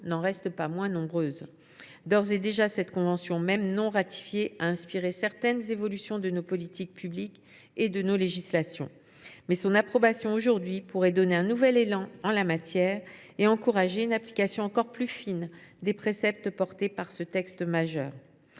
n’en restent pas moins nombreuses. D’ores et déjà, cette convention, même non ratifiée, a inspiré certaines évolutions de nos politiques publiques et de nos législations. Son approbation aujourd’hui pourrait donner un nouvel élan en la matière, ainsi qu’encourager une application encore plus fine des préceptes promus par ce texte majeur.